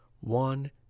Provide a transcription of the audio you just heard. one